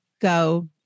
go